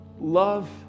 love